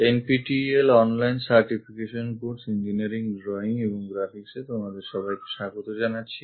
N P T E L online certification course engineering drawing এবং গ্রাফিক্সে তোমাদের সবাইকে স্বাগত জানাচ্ছি